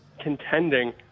contending